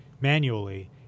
manually